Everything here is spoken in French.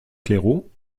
claireaux